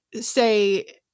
say